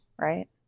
right